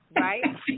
Right